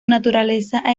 naturaleza